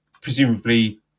presumably